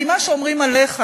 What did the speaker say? הרי מה שאומרים עליך,